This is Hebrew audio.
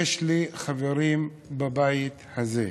יש לי חברים בבית הזה,